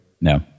No